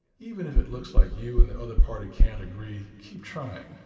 even if it looks like you and the other party can't agree, keep trying.